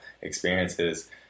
experiences